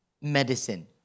medicine